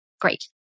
great